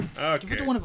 Okay